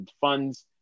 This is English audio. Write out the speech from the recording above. funds